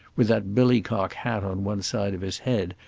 with that billicock hat on one side of his head,